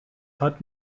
هات